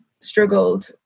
struggled